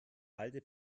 halde